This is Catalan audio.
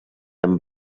amb